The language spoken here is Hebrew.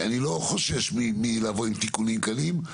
אני לא חושש מלבוא עם תיקונים קלים.